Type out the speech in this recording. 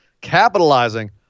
capitalizing